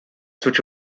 switch